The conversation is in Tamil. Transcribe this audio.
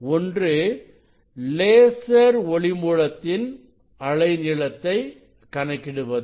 ஒன்று லேசர் ஒளி மூலத்தின் அலை நீளத்தை கணக்கிடுவது